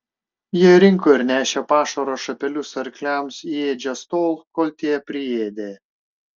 jie rinko ir nešė pašaro šapelius arkliams į ėdžias tol kol tie priėdė